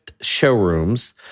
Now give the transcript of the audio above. showrooms